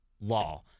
law